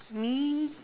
me